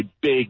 big